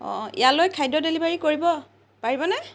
অঁ ইয়ালৈ খাদ্য ডেলিভাৰী কৰিব পাৰিবনে